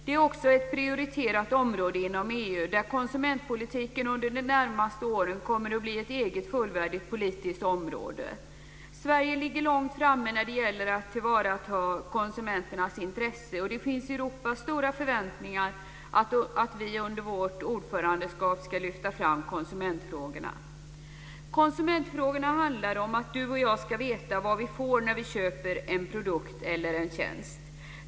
Det är också ett prioriterat område inom EU, där konsumentpolitiken under de närmaste åren kommer att bli ett eget fullvärdigt politiskt område. Sverige ligger långt framme när det gäller att tillvarata konsumenternas intressen, och det finns i Europa stora förväntningar att vi under vårt ordförandeskap ska lyfta fram konsumentfrågorna. Konsumentfrågor handlar om att du och jag ska veta vad vi får när vi köper en produkt eller en tjänst.